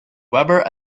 weber